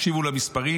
תקשיבו למספרים.